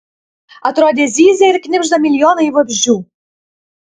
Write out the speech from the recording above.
atrodė zyzia ir knibžda milijonai vabzdžių